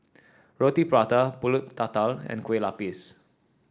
Roti Prata pulut Tatal and Kueh Lapis